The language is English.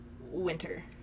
winter